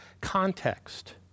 context